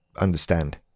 understand